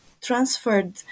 transferred